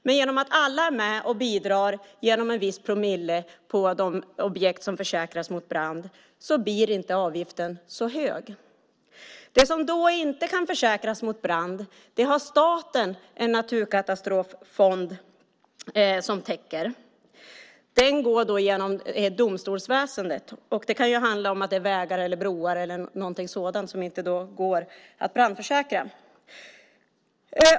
Men genom att alla är med och bidrar genom en viss promille på de objekt som försäkras mot brand blir inte avgiften så hög. Staten har en naturkatastroffond som täcker det som inte kan försäkras mot brand. Den går genom domstolsväsendet. Det kan handla om vägar, broar eller sådant som inte går att brandförsäkra.